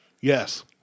Yes